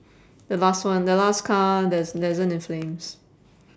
the last one the last car that's that isn't in flames